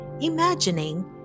imagining